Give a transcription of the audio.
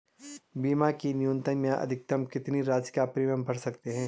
बीमा की न्यूनतम या अधिकतम कितनी राशि या प्रीमियम भर सकते हैं?